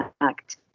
act